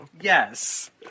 Yes